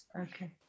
Okay